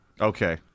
Okay